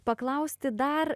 paklausti dar